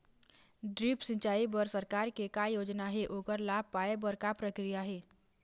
Drip सिचाई बर सरकार के का योजना हे ओकर लाभ पाय बर का प्रक्रिया हे?